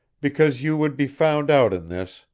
because you would be found out in this,